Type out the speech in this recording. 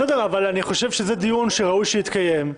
בסדר, אני חושב שזה דיון שראוי שיתקיים.